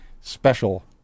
special